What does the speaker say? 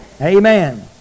Amen